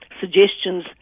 suggestions